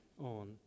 on